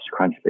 Crunchbase